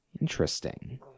Interesting